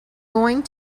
going